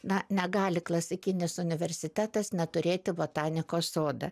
na negali klasikinis universitetas neturėti botanikos sodą